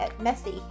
messy